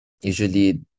usually